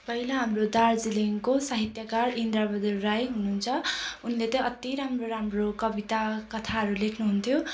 पहिला हाम्रो दार्जिलिङको साहित्यकार इन्द्रबहादुर राई हुनुहुन्छ उनले चाहिँ अत्ति राम्रो राम्रो कविता कथाहरू लेख्नुहुन्थ्यो